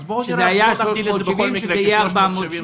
שזה היה 370 שקל ויהיה 430 שקל.